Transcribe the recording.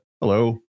Hello